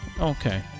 Okay